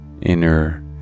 inner